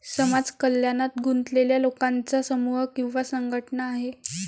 समाज कल्याणात गुंतलेल्या लोकांचा समूह किंवा संघटना आहे